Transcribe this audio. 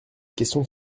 question